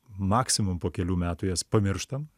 maksimum po kelių metų jas pamirštam